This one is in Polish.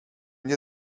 nie